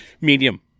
medium